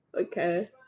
Okay